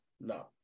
no